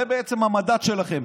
זה בעצם המדד שלכם.